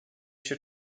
się